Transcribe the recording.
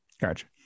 Gotcha